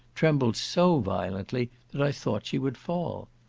trembled so violently that i thought she would fall.